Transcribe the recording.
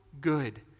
good